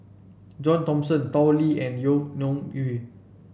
John Thomson Tao Li and Yvonne Ng Uhde